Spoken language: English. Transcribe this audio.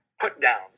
put-down